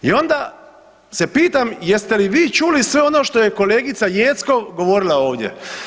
I onda se pitam jeste li vi čuli sve ono što je kolegica Jeckov govorila ovdje?